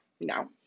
no